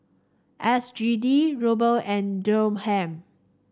S G D Ruble and Dirham